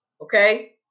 Okay